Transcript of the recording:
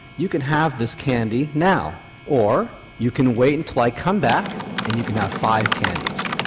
you can have this candy now or you can wait until i come back and you can have five candies'.